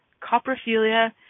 Coprophilia